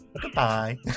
Goodbye